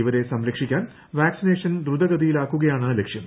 ഇവരെ സംരക്ഷിക്കാൻ വാക്സിനേഷൻ ദ്രുതഗതിയിലാക്കുകയാണ് ലക്ഷ്യം